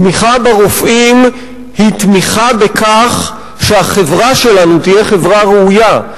תמיכה ברופאים היא תמיכה בכך שהחברה שלנו תהיה חברה ראויה,